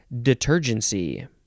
Detergency